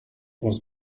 was